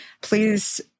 Please